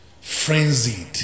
frenzied